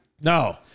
No